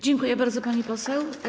Dziękuję bardzo, pani poseł.